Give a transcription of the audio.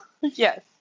yes